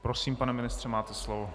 Prosím, pane ministře, máte slovo.